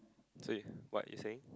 so what you saying